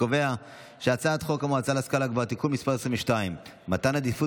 את הצעת חוק המועצה להשכלה גבוהה (תיקון מס' 22) (מתן עדיפות